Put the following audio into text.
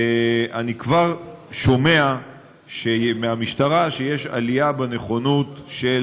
אני כבר שומע מהמשטרה שיש עלייה בנכונות של